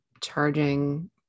charging